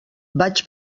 vaig